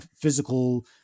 physical